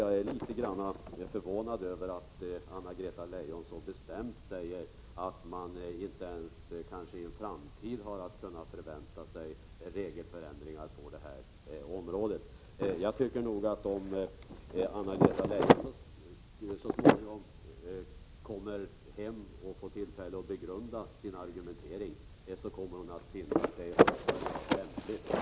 Jag är litet förvånad över att Anna-Greta Leijon så bestämt säger att regelförändringar på detta område inte kan förväntas ens i framtiden. Om Anna-Greta Leijon går hem och begrundar sin argumentering kommer hon nog att finna att det behövs förändringar.